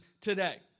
today